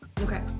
Okay